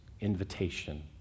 invitation